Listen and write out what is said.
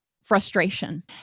frustration